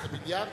זה מיליארדים.